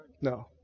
No